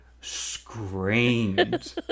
screamed